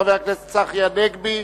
חבר הכנסת צחי הנגבי.